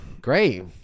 Great